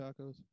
tacos